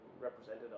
represented